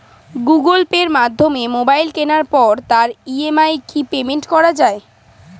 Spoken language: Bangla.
গুগোল পের মাধ্যমে মোবাইল কেনার পরে তার ই.এম.আই কি পেমেন্ট করা যায়?